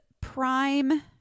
prime